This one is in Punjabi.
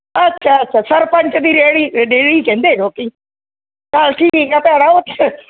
ਅੱਛਾ ਅੱਛਾ ਸਰਪੰਚ ਦੀ ਰੇਹੜੀ ਡੇਅਰੀ ਕਹਿੰਦੇ ਲੋਕ ਚੱਲ ਠੀਕ ਹੈ ਭੈਣ ਉੱਥੇ